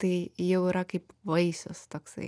tai jau yra kaip vaisius toksai